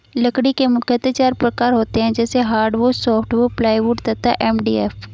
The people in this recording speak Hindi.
लकड़ी के मुख्यतः चार प्रकार होते हैं जैसे हार्डवुड, सॉफ्टवुड, प्लाईवुड तथा एम.डी.एफ